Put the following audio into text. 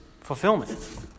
fulfillment